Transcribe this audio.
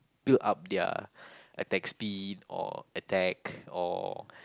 build up their attack speed or attack or